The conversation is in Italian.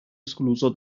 escluso